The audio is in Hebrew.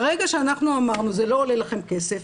ברגע שאמרנו 'זה לא עולה לכם כסף,